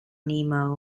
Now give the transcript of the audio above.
nemo